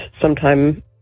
sometime